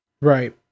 Right